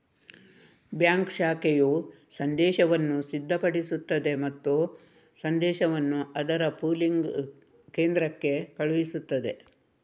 bank ಶಾಖೆಯು ಸಂದೇಶವನ್ನು ಸಿದ್ಧಪಡಿಸುತ್ತದೆ ಮತ್ತು ಸಂದೇಶವನ್ನು ಅದರ ಪೂಲಿಂಗ್ ಕೇಂದ್ರಕ್ಕೆ ಕಳುಹಿಸುತ್ತದೆ